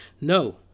No